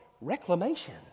reclamation